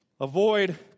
Avoid